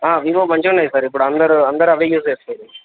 Vivo మంచిగున్నాయి sir ఇప్పుడందరూ అందరూ అవే యూజ్ చేస్తున్నారు